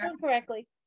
correctly